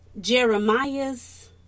Jeremiah's